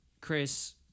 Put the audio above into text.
chris